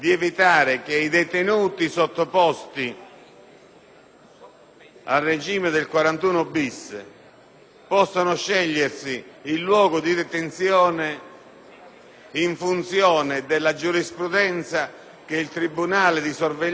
al regime del 41-*bis* possano scegliersi il luogo di detenzione in funzione della giurisprudenza che il tribunale di sorveglianza del luogo applica.